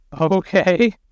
okay